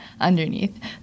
underneath